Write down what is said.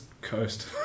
coast